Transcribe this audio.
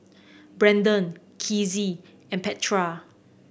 Brandon Kizzie and Petra